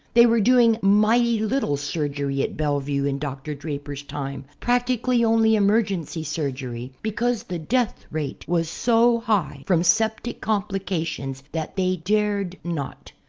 they were doing mighty little surgery at bellevue in dr. draper's time, practically only emergency surgery, because the death rate was so high from septic complications that they dared not.